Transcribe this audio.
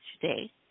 today